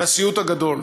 לסיוט הגדול.